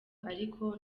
ariko